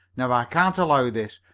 now i can't allow this.